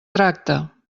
tracta